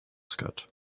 scott